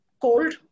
cold